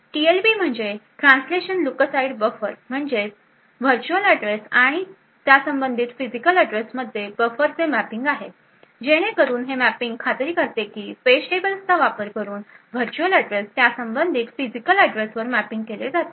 TLB म्हणजे translation lookaside buffer म्हणजे virtual address आणि संबंधित फिजिकल अँड्रेसमध्ये बफरचे मॅपिंग आहे जेणेकरून हे मॅपिंग खात्री करते की पेज टेबल्सचा वापर करून व्हर्च्युअल ऍड्रेस त्या संबंधीत फिजिकल ऍड्रेसवर मॅपिंग केले जाईल